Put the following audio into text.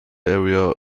area